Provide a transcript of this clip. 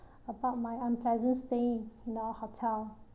about my unpleasant stay in the hotel